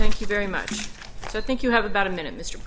thank you very much i think you have about a minute m